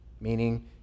meaning